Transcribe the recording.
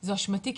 זה אשמתי,